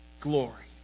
glory